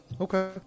Okay